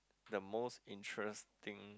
the most interesting